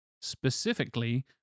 specifically